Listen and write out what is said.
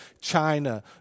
China